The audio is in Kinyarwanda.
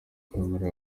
komera